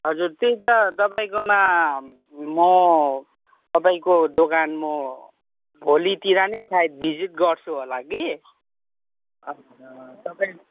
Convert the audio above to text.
हजुर त्यही त तपाईँकोमा म तपाईँको दोकान म भोलितिर नै सायद विजिट गर्छु होला कि तपाई